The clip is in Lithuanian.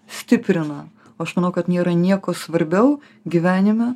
stiprina o aš manau kad nėra nieko svarbiau gyvenime